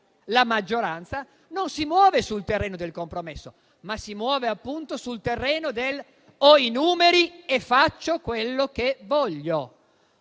la maggioranza, non si muove sul terreno del compromesso, ma si muove appunto su tale terreno: "ho i numeri e faccio quello che voglio"